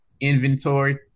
inventory